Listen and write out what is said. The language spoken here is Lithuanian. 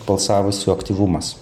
balsavusių aktyvumas